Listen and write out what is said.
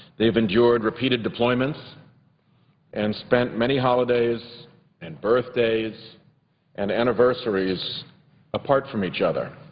they have endured repeated deployments and spent many holidays and birthdays and anniversaries apart from each other.